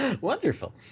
Wonderful